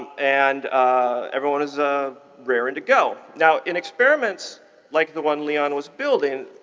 and everyone was ah raring to go. now in experiments like the one leon was building,